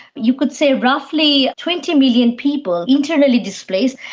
you could say roughly twenty million people internally displaced.